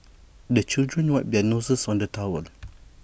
the children wipe their noses on the towel